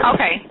Okay